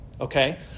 Okay